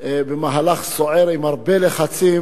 שהיה חוק במהלך סוער, עם הרבה לחצים